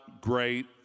great